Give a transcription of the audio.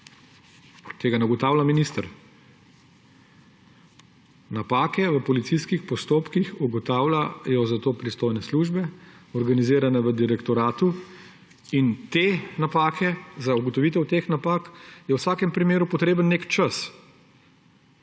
Tega ne ugotavlja minister. Napake v policijskih postopkih ugotavljajo za to pristojne službe, organizirane v direktoratu. Za ugotovitev teh napak je v vsakem primeru potreben nek čas.